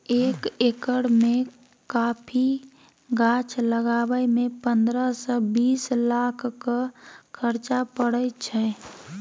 एक एकर मे कॉफी गाछ लगाबय मे पंद्रह सँ बीस लाखक खरचा परय छै